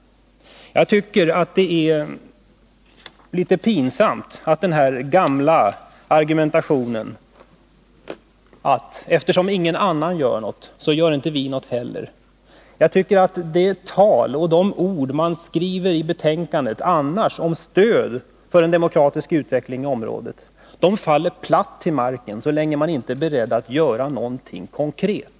Jag tycker det är litet pinsamt med den här gamla argumentationen — eftersom ingen annan gör något, gör inte vi något heller. De ord man i övrigt skriver i betänkandet om stöd till en demokratisk utveckling i området faller platt till marken, så länge man inte är beredd att göra någonting konkret.